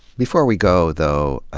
before we go, though,